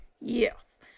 Yes